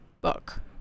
book